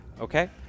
Okay